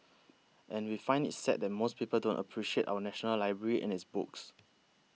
and we find it sad that most people don't appreciate our national library and its books